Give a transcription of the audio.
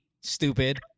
stupid